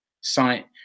site